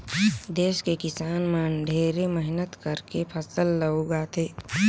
देस के किसान मन हर ढेरे मेहनत करके फसल ल उगाथे